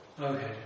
Okay